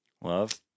Love